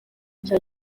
cya